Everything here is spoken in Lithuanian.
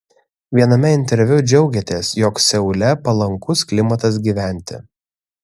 viename interviu džiaugėtės jog seule palankus klimatas gyventi